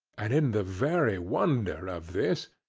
and in the very wonder of this,